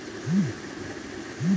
हमन के credit score के जांच कैसे होइ?